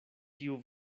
tiu